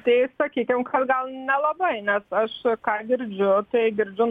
tai sakykim kad gal nelabai nes aš ką girdžiu tai girdžiu